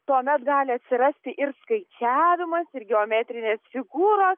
tuomet gali atsirasti ir skaičiavimas ir geometrinės figūros